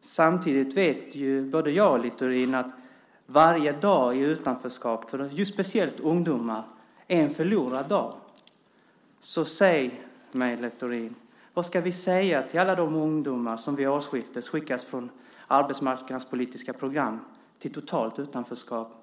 Samtidigt vet både jag och Littorin att varje dag i utanförskap för speciellt ungdomar är en förlorad dag. Säg mig, Littorin: Vad ska vi säga till alla de ungdomar som vid årsskiftet skickas från arbetsmarknadspolitiska program till totalt utanförskap?